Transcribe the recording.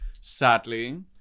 sadly